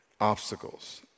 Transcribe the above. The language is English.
obstacles